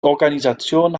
organisation